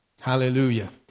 Hallelujah